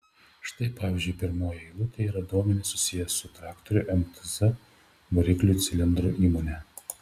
štai pavyzdžiui pirmoje eilutėje yra duomenys susiję su traktorių mtz variklių cilindrų įmone